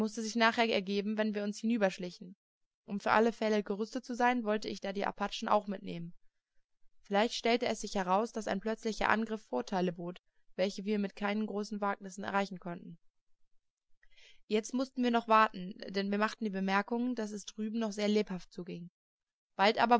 mußte sich nachher ergeben wenn wir uns hinüberschlichen um für alle fälle gerüstet zu sein wollte ich da die apachen auch mitnehmen vielleicht stellte es sich heraus daß ein plötzlicher angriff vorteile bot welche wir mit keinen großen wagnissen erreichen konnten jetzt mußten wir noch warten denn wir machten die bemerkung daß es drüben noch sehr lebhaft zuging bald